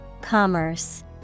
Commerce